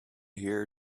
here